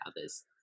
others